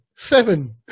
Seven